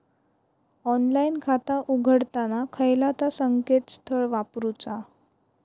Online खाता उघडताना खयला ता संकेतस्थळ वापरूचा?